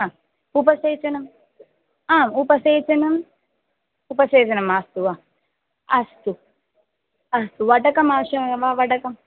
हा उपसेचनम् आम् उपसेचनम् उपसेचनम् मास्तु वा अस्तु अस्तु वटकम् आवश्यकं वा वटकम्